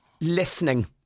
listening